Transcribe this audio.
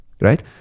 right